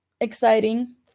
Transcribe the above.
exciting